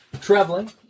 traveling